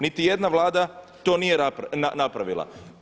Niti jedna vlada to nije napravila.